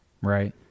Right